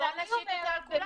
אבל בואו נשית את זה על כולם.